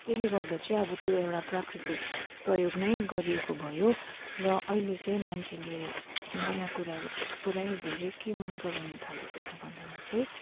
त्यसले गर्दा चाहिँ अब त्यो एउटा प्राकृतिक प्रयोग नै गरिएको भयो र अहिले चाहिँ मान्छेले नयाँ कुरा पुरै धेरै के मनपराउनु थालेको छ भन्दमा चाहिँ